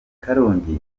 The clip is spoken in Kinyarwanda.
karongi